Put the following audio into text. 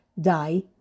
die